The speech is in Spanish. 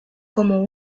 como